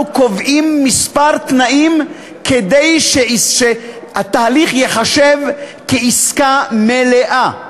קובעים כמה תנאים כדי שהתהליך ייחשב לעסקה מלאה,